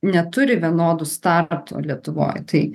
neturi vienodų startų lietuvoj tai